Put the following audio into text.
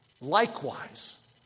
Likewise